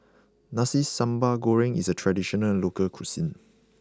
Nasi Sambal Goreng is a traditional local cuisine